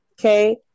Okay